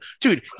dude